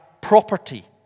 property